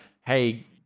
hey